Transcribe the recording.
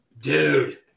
Dude